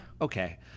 okay